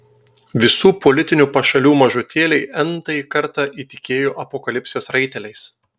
visų politinių pašalių mažutėliai n tąjį kartą įtikėjo apokalipsės raiteliais